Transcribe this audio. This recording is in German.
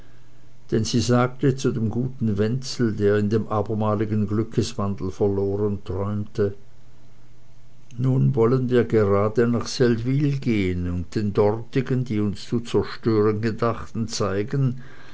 denn sie sagte zu dem guten wenzel der in dem abermaligen glückeswechsel verloren träumte nun wollen wir gerade nach seldwyl gehen und den dortigen die uns zu zerstören gedachten zeigen